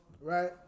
right